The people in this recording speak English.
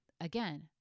again